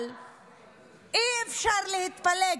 אבל אי-אפשר להתפלא,